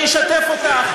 אני אשתף אותך,